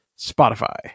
Spotify